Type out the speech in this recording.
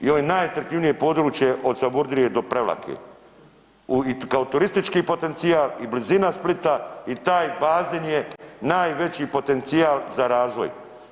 I ovo je najatraktivnije područje od Savudrije do Prevlake i kao turistički potencijal i blizina Splita i taj bazen je najveći potencijal za razvoj.